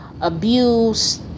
abuse